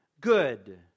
good